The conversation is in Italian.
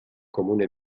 comune